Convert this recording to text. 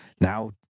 now